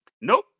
Nope